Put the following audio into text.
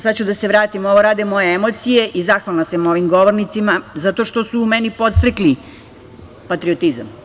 Sada ću da se vratim, ovo rade moje emocije, i zahvalna sam mojim govornicima, zato što su u meni podstakli patriotizam.